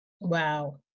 Wow